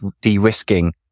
de-risking